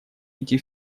идти